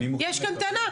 יש כאן טענה,